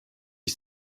ich